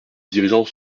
dirigeants